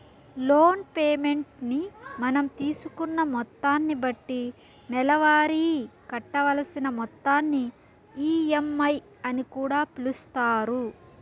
loan payment ని మనం తీసుకున్న మొత్తాన్ని బట్టి నెలవారీ కట్టవలసిన మొత్తాన్ని ఈ.ఎం.ఐ అని కూడా పిలుస్తారు